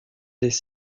des